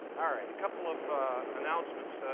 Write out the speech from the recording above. ah right, a couple of announcements.